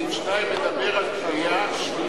וסעיף (2) מדבר על קריאה שלישית.